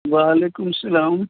وعلیکم السلام